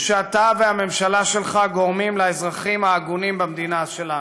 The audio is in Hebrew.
שאתה והממשלה שלך גורמים לאזרחים ההגונים במדינה שלנו.